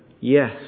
yes